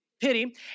Pity